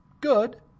good